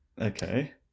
Okay